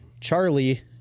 Charlie